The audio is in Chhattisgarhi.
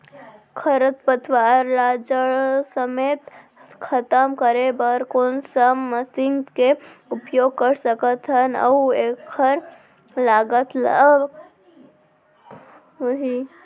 खरपतवार ला जड़ समेत खतम करे बर कोन से मशीन के उपयोग कर सकत हन अऊ एखर लागत का होही?